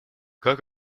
как